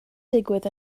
digwydd